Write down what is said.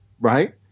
Right